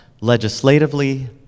legislatively